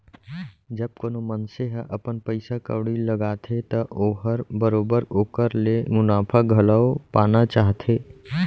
जब कोनो मनसे ह अपन पइसा कउड़ी लगाथे त ओहर बरोबर ओकर ले मुनाफा घलौ पाना चाहथे